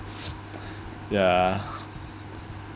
ya